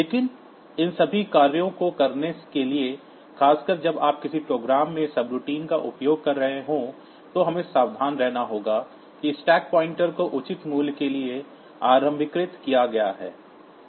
लेकिन इन सभी कार्यों को करने के लिए खासकर जब आप किसी प्रोग्राम में सबरूटीन्स का उपयोग कर रहे हों तो हमें सावधान रहना होगा कि स्टैक पॉइंटर को उचित मूल्य के लिए आरंभीकृत किया गया है